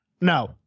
No